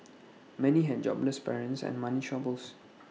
many had jobless parents and money troubles